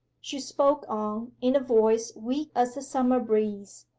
she spoke on in a voice weak as a summer breeze,